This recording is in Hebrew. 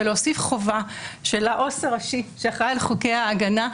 ולהוסיף חובה של העו"ס הראשי שאחראי על חוקי ההגנה,